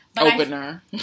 Opener